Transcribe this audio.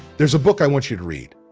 there's a book i want you to read,